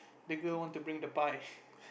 the girl want to bring the pie